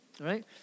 Right